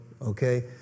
okay